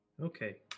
Okay